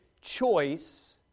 choice